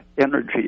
energy